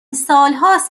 سالهاست